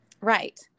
Right